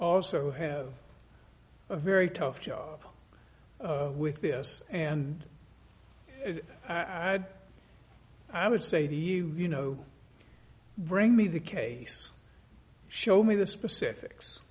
also have a very tough job with this and i would say to you you know bring me the case show me the specifics